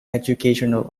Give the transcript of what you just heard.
educational